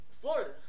florida